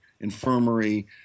infirmary